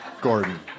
Gordon